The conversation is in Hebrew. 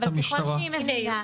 אבל ככל שהיא מבינה,